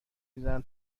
میزنن